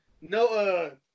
no